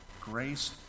grace